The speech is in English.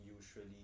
usually